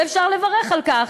ואפשר לברך על כך.